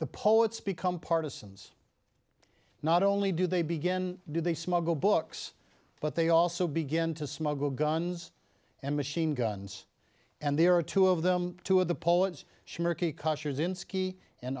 the poets become partisans not only do they begin do they smuggle books but they also begin to smuggle guns and machine guns and there are two of them to the